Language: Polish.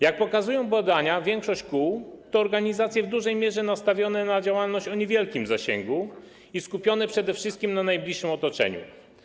Jak pokazują badania, większość kół to organizacje w dużej mierze nastawione na działalność o niewielkim zasięgu i skupione przede wszystkim na najbliższym otoczeniu.